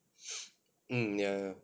mm ya ya